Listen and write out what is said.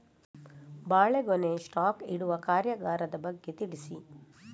ಬಾಳೆಗೊನೆ ಸ್ಟಾಕ್ ಇಡುವ ಕಾರ್ಯಗಾರದ ಬಗ್ಗೆ ತಿಳಿಸಿ